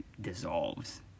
dissolves